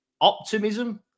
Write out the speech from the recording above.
optimism